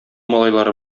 малайлары